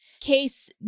Case